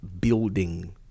building